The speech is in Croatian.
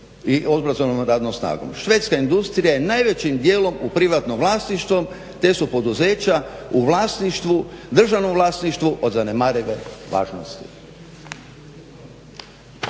i obrazovnom radnom snagom. Švedska industrija je najvećim dijelom u privatnom vlasništvu te su poduzeća u državnom vlasništvu od zanemarive važnosti.